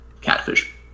catfish